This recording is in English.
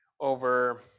over